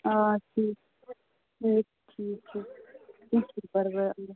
آ ٹھیٖک ٹھیٖک ٹھیٖک چھُ کیٚنٛہہ چھُنہٕ پرواے